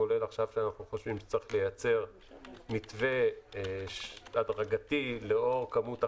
כולל עכשיו שאנחנו חושבים שצריך לייצר מתווה הדרגתי לאור כמות החיסונים: